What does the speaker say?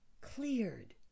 cleared